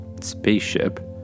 Spaceship